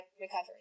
recovery